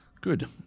good